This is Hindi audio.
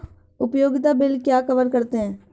उपयोगिता बिल क्या कवर करते हैं?